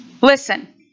listen